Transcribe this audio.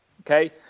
Okay